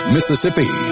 Mississippi